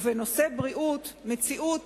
ובנושא בריאות, מציאות